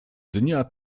dnia